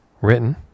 written